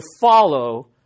follow